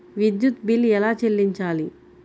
విద్యుత్ బిల్ ఎలా చెల్లించాలి?